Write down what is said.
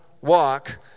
walk